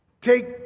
take